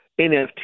NFT